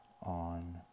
on